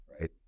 Right